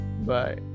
Bye